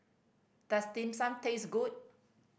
does Dim Sum taste good